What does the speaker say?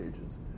ages